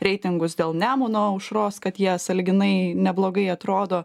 reitingus dėl nemuno aušros kad jie sąlyginai neblogai atrodo